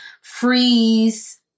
freeze